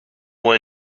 one